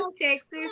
Texas